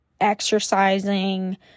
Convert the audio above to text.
Exercising